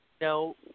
No